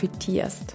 profitierst